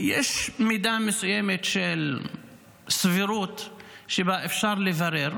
יש מידה מסוימת של סבירות שבה אפשר לברר